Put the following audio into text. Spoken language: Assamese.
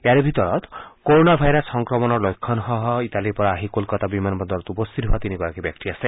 ইয়াৰে ভিতৰত ক'ৰ'না ভাইৰাছ সংক্ৰমণৰ লক্ষণসহ ইটালীৰ পৰা আহি কলকাতা বিমানবন্দৰত উপস্থিত হোৱা তিনিগৰাকী ব্যক্তি আছে